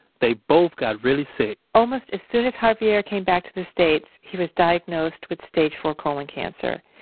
they both got really sick almost as soon as javier came back to the states, he was diagnosed with stage four colon cancer.